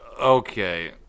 Okay